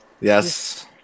yes